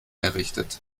errichtet